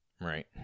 Right